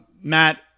Matt